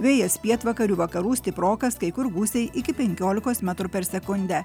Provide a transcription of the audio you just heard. vėjas pietvakarių vakarų stiprokas kai kur gūsiai iki penkiolikos metrų per sekundę